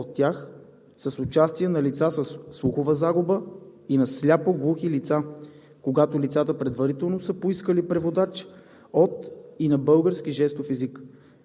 от тях, с участие на лица със слухова загуба и на сляпо-глухи лица, когато лицата предварително са поискали преводач от и на български жестов език.